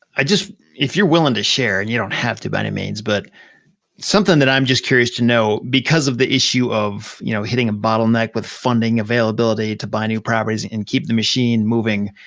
ah if you're willing to share, and you don't have to by any means, but something that i'm just curious to know because of the issue of you know hitting a bottle neck with funding availability to buy new properties and keep the machine moving.